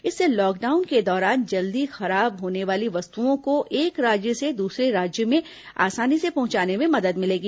इससे लॉकडाउन के दौरान जल्दी खराब होने वाली वस्तुओं को एक राज्य से दूसरे राज्य में आसानी से पहुंचाने में मदद मिलेगी